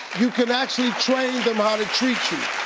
you can actually train them how to treat you.